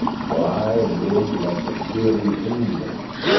for i lived like the puri indians,